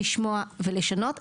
לשמוע ולשנות.